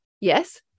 Yes